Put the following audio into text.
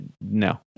no